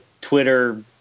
Twitter